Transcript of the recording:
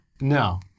no